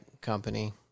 company